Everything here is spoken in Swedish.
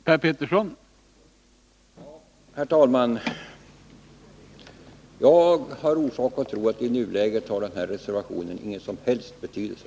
Herr talman! Jag har orsak att tro att den här reservationen i nuläget inte har någon som helst betydelse.